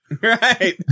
Right